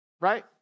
right